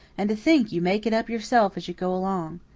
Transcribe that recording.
and to think you make it up yourself as you go along!